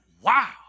wow